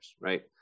right